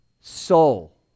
soul